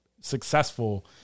successful